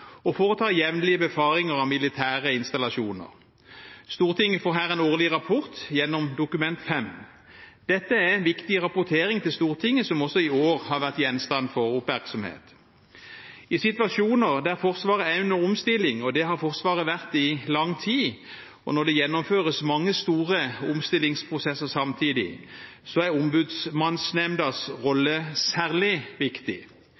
og foretar jevnlige befaringer av militære installasjoner. Stortinget får her en årlig rapport gjennom Dokument 5. Dette er en viktig rapportering til Stortinget, som også i år har vært gjenstand for oppmerksomhet. I situasjoner der Forsvaret er under omstilling – og det har Forsvaret vært i lang tid – og når det gjennomføres mange store omstillingsprosesser samtidig, er Ombudsmannsnemndas rolle særlig viktig.